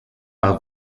while